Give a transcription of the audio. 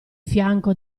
fianco